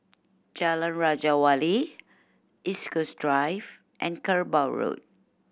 Jalan Raja Wali East Coast Drive and Kerbau Road